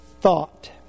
thought